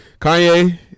Kanye